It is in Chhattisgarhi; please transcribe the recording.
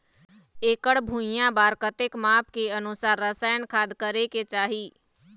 एकड़ भुइयां बार कतेक माप के अनुसार रसायन खाद करें के चाही?